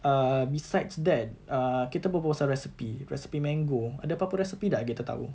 uh besides that uh kita berbual pasal resepi-resepi mango ada apa-apa resepi tak yang kita tahu